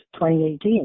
2018